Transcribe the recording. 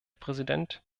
präsident